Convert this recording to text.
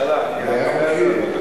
לא, לא, אני רק אומר לפרוטוקול.